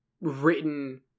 written